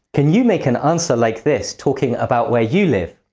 can you make an answer like this talking about where you live?